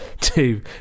two